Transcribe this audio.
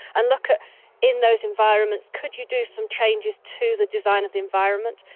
and look at in those environments could you do some changes to the design of the environment,